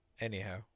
Anyhow